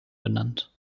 benannt